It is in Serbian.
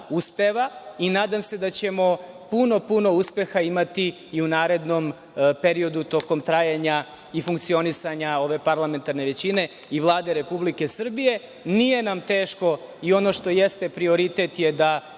uspeva, i nadam se da ćemo puno, puno uspeha imati i u narednom periodu tokom trajanja i funkcionisanja ove parlamentarne većine i Vlade Republike Srbije. Nije nam teško, i ono što jeste prioritet je da